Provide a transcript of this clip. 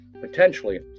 potentially